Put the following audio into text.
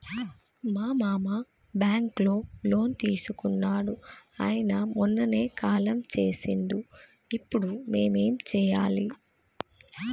మా మామ బ్యాంక్ లో లోన్ తీసుకున్నడు అయిన మొన్ననే కాలం చేసిండు ఇప్పుడు మేం ఏం చేయాలి?